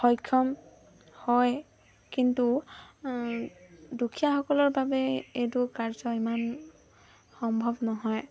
সক্ষম হয় কিন্তু দুখীয়াসকলৰ বাবে এইটো কাৰ্য ইমান সম্ভৱ নহয়